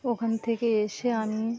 ওখান থেকে এসে আমি